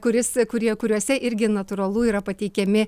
kuris kurie kuriuose irgi natūralu yra pateikiami